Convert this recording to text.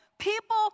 People